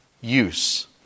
use